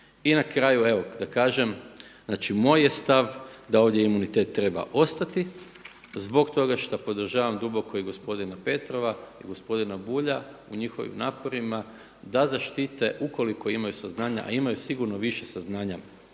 I na kraju evo da kažem znači moj je stav da ovdje imunitet treba ostati zbog toga što podržavam duboko i gospodina Petrova i gospodina Bulja u njihovim naporima da zaštite ukoliko imaju saznanja a imaju sigurno više saznanja